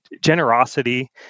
generosity